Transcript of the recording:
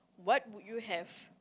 what would you have